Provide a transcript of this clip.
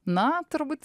na turbūt